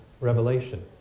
revelation